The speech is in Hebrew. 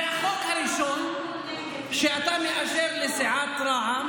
זה החוק הראשון שאתה מאשר לסיעת רע"מ,